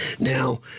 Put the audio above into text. Now